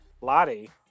Lottie